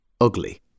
Ugly